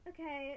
Okay